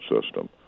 system